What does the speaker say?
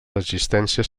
existències